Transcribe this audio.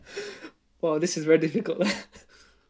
!wow! this is very difficult